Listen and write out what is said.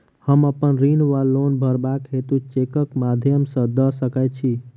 हम अप्पन ऋण वा लोन भरबाक हेतु चेकक माध्यम सँ दऽ सकै छी?